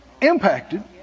impacted